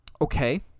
Okay